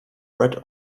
red